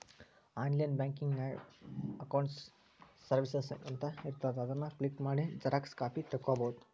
online ಬ್ಯಾಂಕಿನ್ಯಾಗ accounts services ಅಂತ ಇರ್ತಾದ ಅದನ್ ಕ್ಲಿಕ್ ಮಾಡಿ ಝೆರೊಕ್ಸಾ ಕಾಪಿ ತೊಕ್ಕೊಬೋದು